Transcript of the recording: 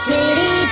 City